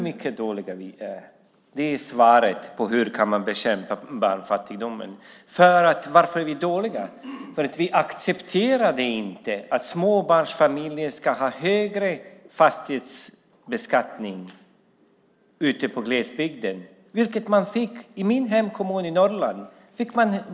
Det var svaret på hur man kan bekämpa barnfattigdomen. Och varför är vi dåliga? Jo, för att vi inte accepterade att småbarnsfamiljer ska ha högre fastighetsskatt i glesbygden, vilket man fick i min hemkommun i Norrland.